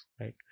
right